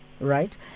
right